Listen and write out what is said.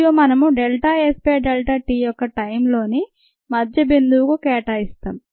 మరియు మనము delta S by delta t యొక్క టైంలోని మధ్య బిందువుకు కేటాయిస్తాం